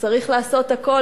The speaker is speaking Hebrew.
צריך לעשות הכול,